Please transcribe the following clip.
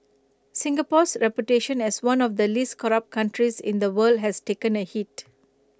Singapore's reputation as one of the least corrupt countries in the world has taken A hit